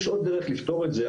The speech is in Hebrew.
עוד דרך לפתור את זה,